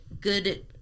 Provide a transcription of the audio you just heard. good